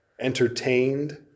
entertained